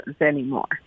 anymore